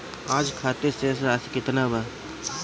आज खातिर शेष राशि केतना बा?